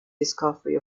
discovery